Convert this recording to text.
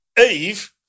Eve